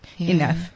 enough